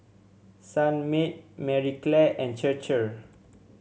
Sunmaid Marie Claire and Chir Chir